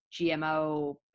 GMO